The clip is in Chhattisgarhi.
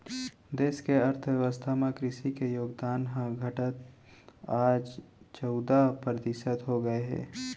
देस के अर्थ बेवस्था म कृसि के योगदान ह घटत आज चउदा परतिसत हो गए हे